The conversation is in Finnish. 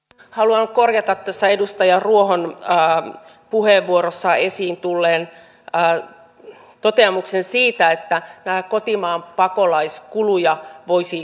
kun me luomme järjestelmiä niin niitä järjestelmiä voivat käyttää sekä täällä olevat työttömät että sitten nämä turvapaikanhakijat